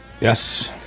Yes